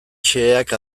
xeheak